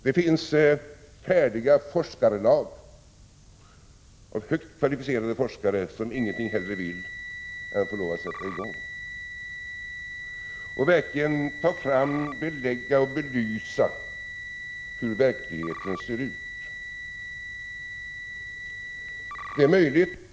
Det finns färdiga forskarlag med högt kvalificerade forskare som ingenting hellre vill än att få lov att sätta i gång och verkligen belägga och belysa hur verkligheten ser ut.